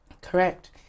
Correct